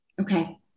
Okay